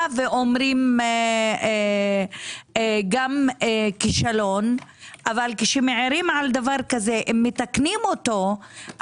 ואומרים גם כישלון אבל כשמעירים על דבר כזה אם מתקנים אותו,